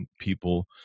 people